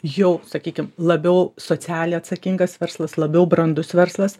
jau sakykim labiau socialiai atsakingas verslas labiau brandus verslas